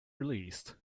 released